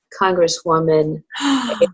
congresswoman